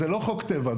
זה לא חוק טבע.